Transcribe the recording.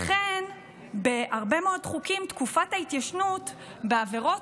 לכן בהרבה מאוד חוקים תקופת ההתיישנות בעבירות